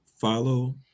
follow